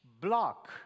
block